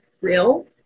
real